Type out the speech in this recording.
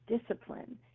discipline